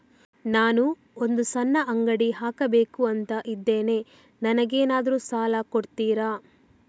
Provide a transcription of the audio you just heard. ನಾನು ಒಂದು ಸಣ್ಣ ಅಂಗಡಿ ಹಾಕಬೇಕುಂತ ಇದ್ದೇನೆ ನಂಗೇನಾದ್ರು ಸಾಲ ಕೊಡ್ತೀರಾ?